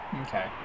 okay